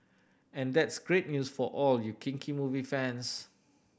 and that's great news for all you kinky movie fans